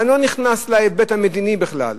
ואני לא נכנס להיבט המדיני בכלל,